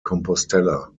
compostela